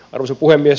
arvoisa puhemies